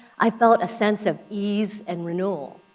i felt a sense of ease and renewal.